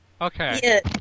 Okay